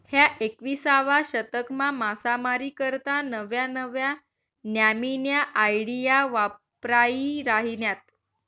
ह्या एकविसावा शतकमा मासामारी करता नव्या नव्या न्यामीन्या आयडिया वापरायी राहिन्यात